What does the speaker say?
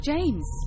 James